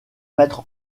mettre